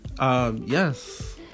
Yes